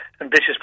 ambitious